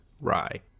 rye